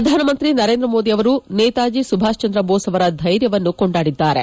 ಶ್ರಧಾನಮಂತ್ರಿ ನರೇಂದ್ರಮೋದಿ ಅವರು ನೇತಾಜಿ ಸುಭಾಷ್ಚಂದ್ರ ಬೋಸ್ ಅವರ ಧೈರ್ಯವವನ್ನು ಕೊಂಡಾಡಿದ್ದಾರೆ